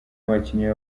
bakinnyi